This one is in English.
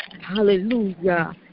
Hallelujah